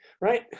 right